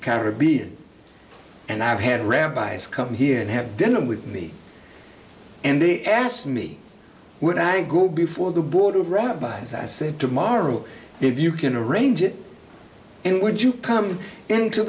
caribbean and i had rabbis come here and have dinner with me and they asked me would i go before the board of rabbis i said tomorrow if you can arrange it and would you come into